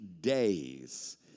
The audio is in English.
days